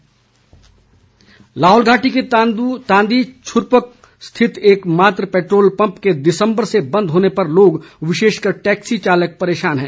पैटू ोल pump Lahaul घाटी के तांदी छुरपक स्थित एक मात्र पैट्र ो ल पम्प के दिसम्बर से बंद होने पर लोग विशेषकर टैक्सी चालक परेशान हैं